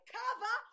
cover